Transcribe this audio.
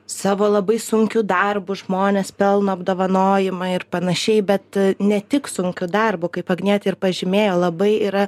savo labai sunkiu darbu žmonės pelno apdovanojimą ir panašiai bet ne tik sunkiu darbu kaip agnietė ir pažymėjo labai yra